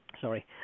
sorry